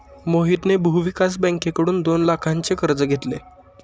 मोहितने भूविकास बँकेकडून दोन लाखांचे कर्ज घेतले